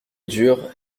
dure